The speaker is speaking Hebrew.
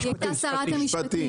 היא היתה שרת המשפטים.